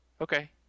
okay